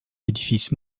édifice